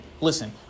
listen